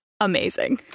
Amazing